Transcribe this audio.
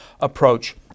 approach